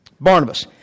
Barnabas